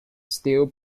still